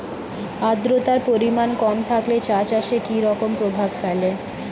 আদ্রতার পরিমাণ কম থাকলে চা চাষে কি রকম প্রভাব ফেলে?